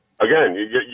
Again